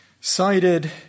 cited